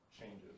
changes